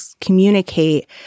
communicate